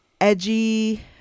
edgy